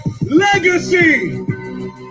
Legacy